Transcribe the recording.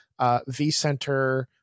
vcenter